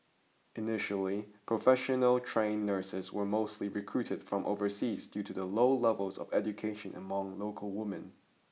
initially professional trained nurses were mostly recruited from overseas due to the low levels of education among local women